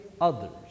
others